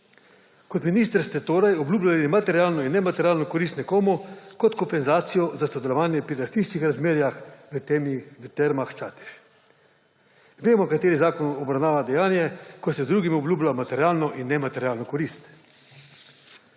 Kot minister ste torej obljubljali materialno in nematerialno korist nekomu kot kompenzacijo za sodelovanje pri lastniških razmerjih v Termah Čatež. Vemo, kateri zakon obravnava dejanje, ko se drugim obljublja materialno in nematerialno korist.